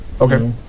Okay